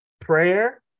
prayer